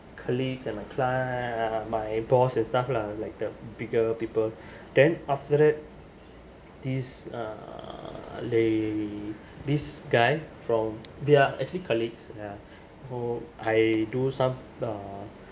colleagues and my clients my boss and stuff lah like the bigger people then after that this uh they this guy from they are actually colleagues ya who I do some uh